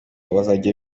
bazajya